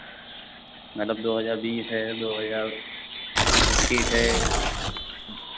मतलब दो हज़ार बीस है दो हज़ार इक्कीस है